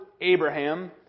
Abraham